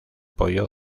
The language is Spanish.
pollo